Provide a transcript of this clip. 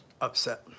upset